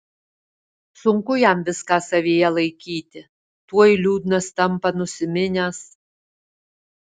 sunku jam viską savyje laikyti tuoj liūdnas tampa nusiminęs